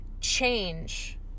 change